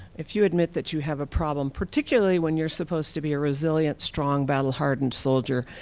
if you admit that you have a problem, particularly when you're supposed to be a resilient, strong battle-hardened soldier,